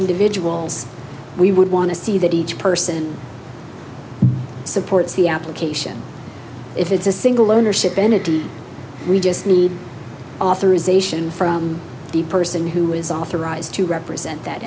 individuals we would want to see that each person supports the application if it's a single ownership entity we just need authorization from the person who is authorized to represent that